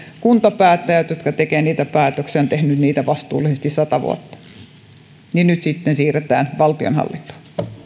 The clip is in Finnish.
kuntapäättäjät jotka tekevät niitä päätöksiä ovat tehneet niitä vastuullisesti sata vuotta nyt sitten ne siirretään valtionhallintoon